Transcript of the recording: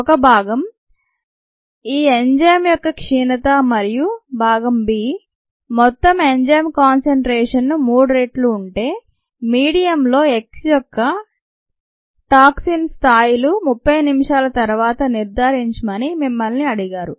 ఒక భాగం ఈ ఎంజైమ్ యొక్క క్షీణత మరియు భాగం b మొత్తం ఎంజైమ్ కాన్సంట్రేషన్ కు మూడు రెట్లు ఉంటే మీడియం లో X యొక్క టాక్సిన్టాక్సిన్ స్థాయిలు 30 నిమిషాల తరువాత నిర్ధారించమని మిమ్మల్ని అడిగారు